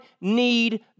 need